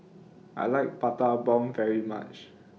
I like Prata Bomb very much